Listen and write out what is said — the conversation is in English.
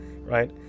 right